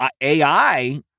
AI